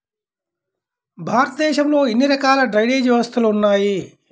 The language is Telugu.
భారతదేశంలో ఎన్ని రకాల డ్రైనేజ్ వ్యవస్థలు ఉన్నాయి?